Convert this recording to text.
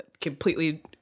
completely